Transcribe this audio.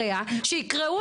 שולחים